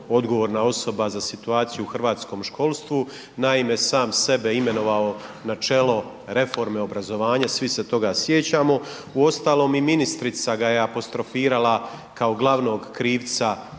odgovorna osoba za situaciju u hrvatskom školsku. Naime, sam sebe imenovao na čelo reforme obrazovanja, svi se toga sjećamo. Uostalom i ministrica ga je apostrofirala kao glavnog krivca